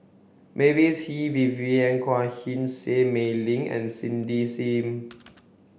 Mavis Hee Vivien Quahe Seah Mei Lin and Cindy Sim